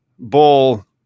bull